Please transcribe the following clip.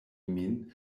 min